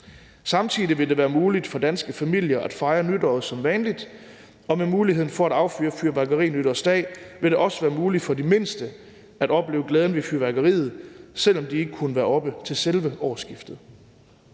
Samtidig vil det være muligt for danske familier at fejre nytåret som vanligt, og med muligheden for at affyre fyrværkeri nytårsdag vil det også være muligt for de mindste at opleve glæden ved fyrværkeriet, selv om de ikke kunne være oppe til selve årsskiftet.